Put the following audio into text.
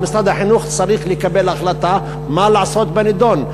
ומשרד החינוך צריך לקבל החלטה מה לעשות בנדון.